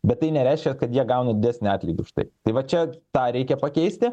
bet tai nereiškia kad jie gauna didesnį atlygį už tai tai va čia tą reikia pakeisti